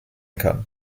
kann